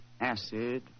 acid